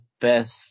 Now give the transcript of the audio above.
best